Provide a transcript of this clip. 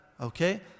Okay